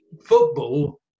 football